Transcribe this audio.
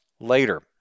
later